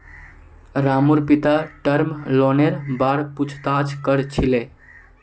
रामूर पिता टर्म लोनेर बार पूछताछ कर छिले